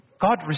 God